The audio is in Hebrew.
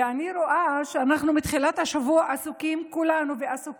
ואני רואה שמתחילת השבוע אנחנו עסוקים ועסוקות,